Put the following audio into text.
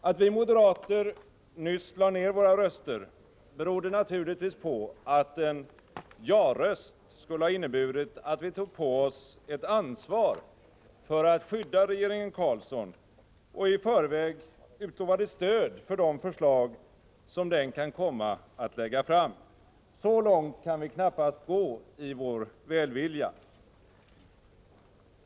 Att vi moderater nyss lade ner våra röster berodde naturligtvis på att en ja-röst skulle ha inneburit att vi tog på oss ett ansvar för att skydda regeringen Carlsson och i förväg utlovade stöd för de förslag som den kan komma att lägga fram. Så långt kan vi knappast gå i vår välvilja.